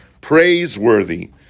praiseworthy